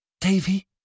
Davy